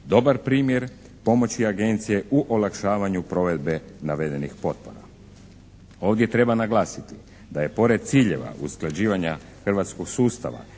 dobar primjer pomoći Agencije u olakšavanju provedbe navedenih potpora. Ovdje treba naglasiti da je pored ciljeva usklađivanja hrvatskog sustava